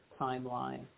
timeline